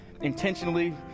intentionally